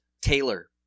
Taylor